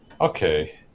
okay